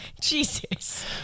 Jesus